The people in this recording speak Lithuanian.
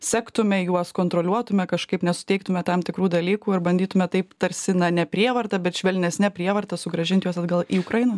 sektume juos kontroliuotume kažkaip nesuteiktume tam tikrų dalykų ir bandytume taip tarsi na ne prievarta bet švelnesne prievarta sugrąžint juos atgal į ukrainą